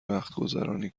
وقتگذرانی